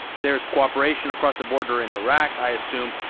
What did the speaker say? there's cooperation across the border in iraq, i assume,